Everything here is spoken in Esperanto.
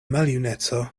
maljuneco